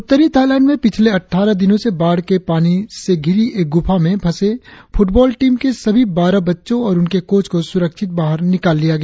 उत्तरी थाईलैंड में पिछले अट़टारह दिनों से बाढ़ के पानी से घिरी एक गुफा में फंसे फुटबॉल टीम के सभी बारह बच्चों और उनके कोच को सुरक्षित बाहर निकाल लिया गया